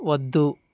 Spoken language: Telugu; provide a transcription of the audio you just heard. వద్దు